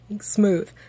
Smooth